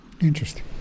Interesting